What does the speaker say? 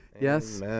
Yes